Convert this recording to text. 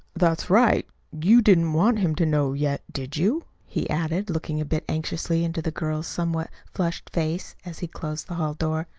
that's right you didn't want him to know, yet, did you? he added, looking a bit anxiously into the girl's somewhat flushed face as he closed the hall door.